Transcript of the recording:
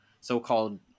so-called